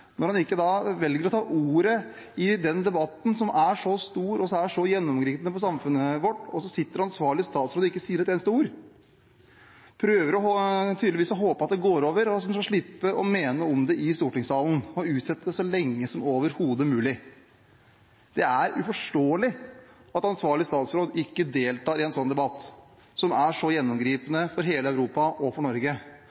når han velger ikke å ta ordet i denne debatten, som er så stor og så gjennomgripende for samfunnet vårt. Ansvarlig statsråd sitter her uten å si et eneste ord og prøver tydeligvis å håpe på at det går over, så han skal slippe å mene noe om det i stortingssalen, og utsetter det så lenge som overhodet mulig. Det er uforståelig at ansvarlig statsråd ikke deltar i en sånn debatt, som er så gjennomgripende for hele Europa og for Norge.